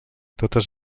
totes